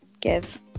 give